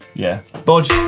yeah, bodge.